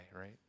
right